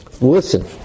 Listen